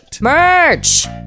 Merch